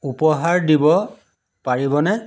উপহাৰ দিব পাৰিবনে